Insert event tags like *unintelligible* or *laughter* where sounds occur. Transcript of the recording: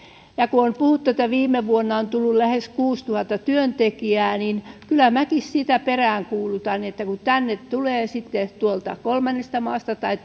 on puhuttu että viime vuonna on tullut lähes kuusituhatta työntekijää kyllä minäkin sitä peräänkuulutan että kun tänne tulee sitten tuolta kolmannesta maasta tai *unintelligible*